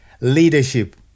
leadership